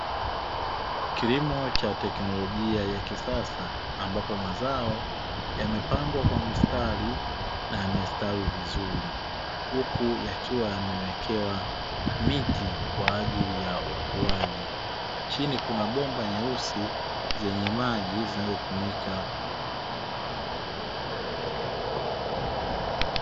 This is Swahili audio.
Kilimo cha teknolojia ya kisasa ambapo mazao yamepandwa kwa mstari na yamestawi vizuri huku yakiwa yamewekewa miti kwa ajili ya ukuaji. Chini kuna bomba nyeusi zenye maji zinazotumika.